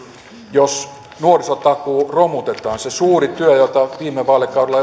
jos nuorisotakuu romutetaan se suuri työ jota viime vaalikaudella